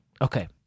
Okay